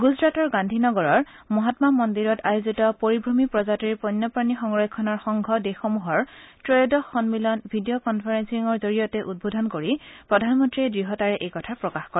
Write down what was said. গুজৰাটৰ গান্ধীনগৰৰ মহামা মন্দিৰত আয়োজিত পৰিভ্ৰমী প্ৰজাতিৰ বন্যপ্ৰাণী সংৰক্ষণৰ সংঘ দেশসমূহৰ ত্ৰয়োদশ সন্মিলন ভিডিঅ কনফাৰেপিঙৰ জৰিয়তে উদ্বোধন কৰি প্ৰধানমন্ত্ৰীয়ে দৃঢ়তাৰে এই কথা প্ৰকাশ কৰে